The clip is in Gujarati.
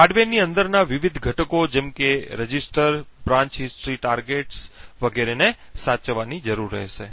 હાર્ડવેરની અંદરના વિવિધ ઘટકો જેમ કે રજિસ્ટર શાખા ઇતિહાસ લક્ષ્યો વગેરેને સાચવવાની જરૂર રહેશે